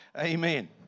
Amen